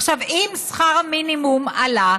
עכשיו, אם שכר המינימום עלה,